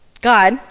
God